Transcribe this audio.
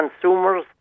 consumers